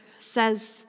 says